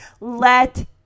Let